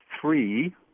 three